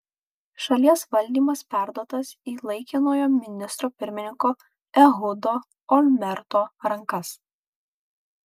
šalies valdymas perduotas į laikinojo ministro pirmininko ehudo olmerto rankas